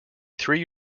three